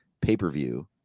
pay-per-view